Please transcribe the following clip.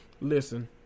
Listen